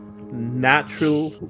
natural